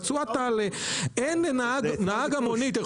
ובעל ההיתר מילא את החובות החלות עליו לפי הפקודה.